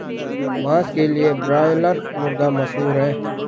मांस के लिए ब्रायलर मुर्गा मशहूर है